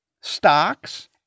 stocks